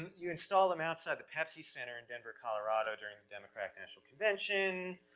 you install them outside the pepsi center in denver, colorado, during the democratic national convention.